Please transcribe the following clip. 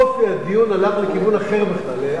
אופי הדיון הלך לכיוון אחר בכלל,